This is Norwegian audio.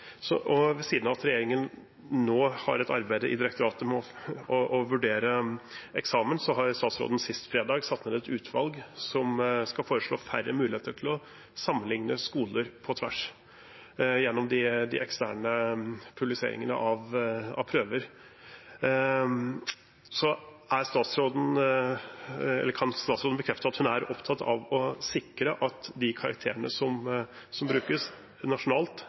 Ved siden av at regjeringen nå har et arbeid i direktoratet med å vurdere eksamen, satte statsråden sist fredag ned et utvalg som skal foreslå færre muligheter til å sammenlikne skoler på tvers gjennom de eksterne publiseringene av prøver. Kan statsråden bekrefte at hun er opptatt av å sikre at de karakterene som brukes nasjonalt,